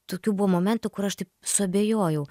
tokių buvo momentų kur aš taip suabejojau